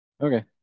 Okay